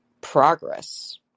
progress